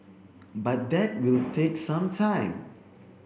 but that will take some time